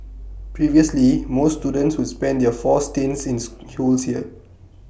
previously most students would spend their four stints in schools here